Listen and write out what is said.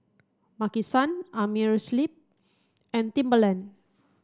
Maki San Amerisleep and Timberland